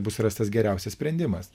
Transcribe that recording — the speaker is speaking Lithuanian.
bus rastas geriausias sprendimas